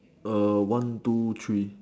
one two three